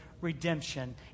redemption